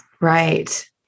Right